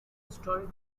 historic